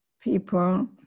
people